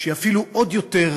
שהיא אפילו עוד יותר,